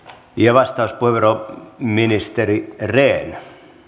vastauspuheenvuoro ministeri rehn